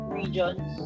regions